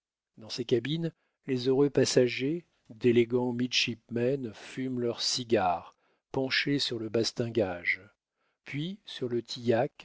dans ses cabines les heureux passagers d'élégants midshipmen fument leurs cigares penchés sur le bastingage puis sur le tillac